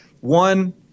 One